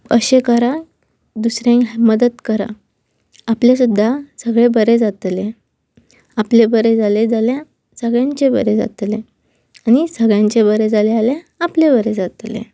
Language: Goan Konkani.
अशें करा दुसऱ्यांक मदत करा आपलें सुद्दां सगळें बरें जातले आपलें बरें जालें जाल्या सगळ्यांचें बरें जातलें आनी सगळ्यांचें बरें जालें जाल्या आपलें बरें जातलें